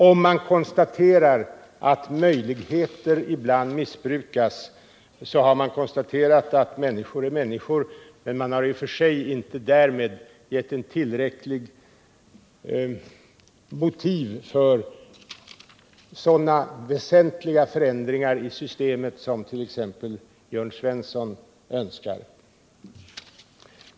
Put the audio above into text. Om man konstaterar att möjligheter ibland missbrukas har man konstaterat att människor är människor, men man har i och för sig inte därmed givit ett tillräckligt starkt motiv för sådana väsentliga förändringar i systemet som t.ex. Jörn Svensson önskar.